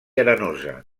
arenosa